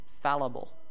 fallible